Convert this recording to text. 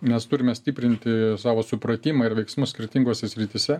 mes turime stiprinti savo supratimą ir veiksmus skirtingose srityse